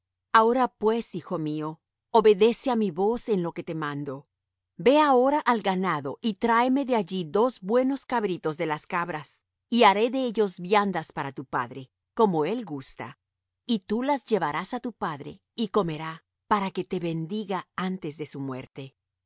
ahora pues hijo mío obedece á mi voz en lo que te mando ve ahora al ganado y tráeme de allí dos buenos cabritos de las cabras y haré de ellos viandas para tu padre como él gusta y tú las llevarás á tu padre y comerá para que te bendiga antes de su muerte